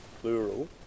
plural